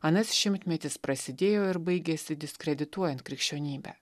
anas šimtmetis prasidėjo ir baigėsi diskredituojant krikščionybę